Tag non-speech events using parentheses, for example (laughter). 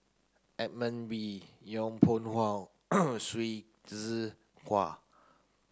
Edmund Wee Yong Pung How (noise) Hsu Tse Kwang